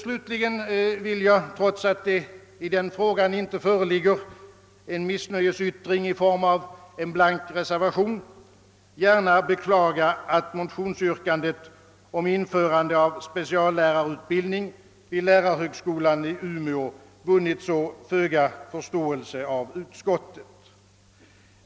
Slutligen vill jag, trots att det i den frågan inte föreligger någon missnöjesyttring i form av en blank reservation, gärna beklaga, att motionsyrkandet om införande av speciallärarutbildning vid lärarhögskolan i Umeå vunnit så föga förståelse i utskottet.